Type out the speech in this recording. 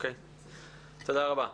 תודה רבה.